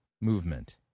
movement